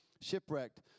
shipwrecked